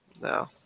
No